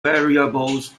variables